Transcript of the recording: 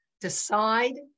decide